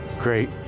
great